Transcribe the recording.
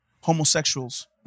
homosexuals